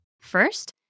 First